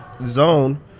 zone